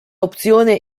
opzione